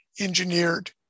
engineered